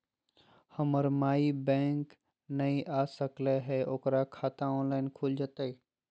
हमर माई बैंक नई आ सकली हई, ओकर खाता ऑनलाइन खुल जयतई?